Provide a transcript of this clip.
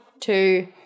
two